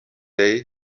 day